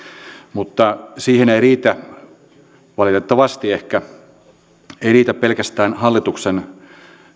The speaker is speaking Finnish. mutta siihen ei riitä valitettavasti ehkä pelkästään hallituksen